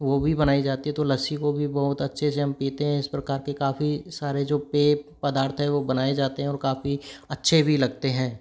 वो भी बनाई जाती है तो लस्सी को भी बहुत अच्छे से हम पीते हैं इस प्रकार के काफ़ी सारे जो पे पदार्थ है वो बनाए जाते हैं और काफ़ी अच्छे भी लगते हैं